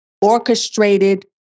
orchestrated